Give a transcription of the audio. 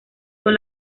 con